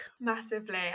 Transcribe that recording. Massively